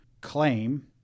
claim